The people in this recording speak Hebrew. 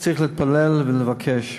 צריך להתפלל ולבקש.